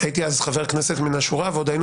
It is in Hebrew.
הייתי אז חבר כנסת מן השורה ועוד היינו